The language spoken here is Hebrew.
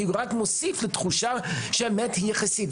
הוא רק מוסיף לתחושה שהאמת היא יחסית,